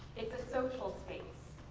it's a social space.